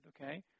okay